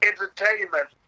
entertainment